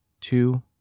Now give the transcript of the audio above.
two